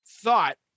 thought